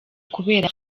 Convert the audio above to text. kubera